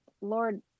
Lord